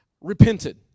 repented